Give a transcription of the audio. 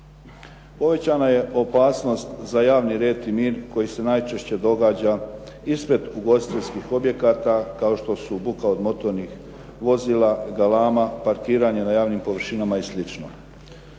Povećana je opasnost za javni red i mir koji se najčešće događa ispred ugostiteljskih objekata kao što su buka od motornih vozila, galama, parkiranja na javnim površinama i